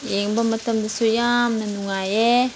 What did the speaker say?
ꯌꯦꯡꯕ ꯃꯇꯝꯗꯁꯨ ꯌꯥꯝꯅ ꯅꯨꯡꯉꯥꯏꯌꯦ